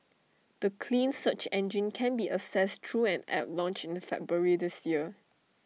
the clean search engine can be accessed through an app launched in February this year